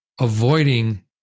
avoiding